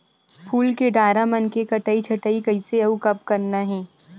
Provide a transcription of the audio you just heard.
फूल के डारा मन के कटई छटई कइसे अउ कब करना हे?